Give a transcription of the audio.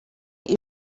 ibyo